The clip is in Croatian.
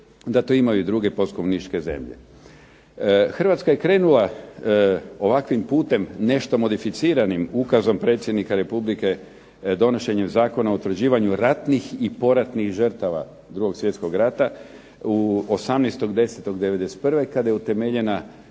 da to imaju i druge postkomunističke zemlje. Hrvatska je krenula ovakvim putem nešto modificiranim ukazom predsjednika Republike donošenjem Zakona o utvrđivanju ratnih i poratnih žrtava 2. svjetskog rata 18.10.'91. kada je utemeljena